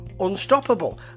Unstoppable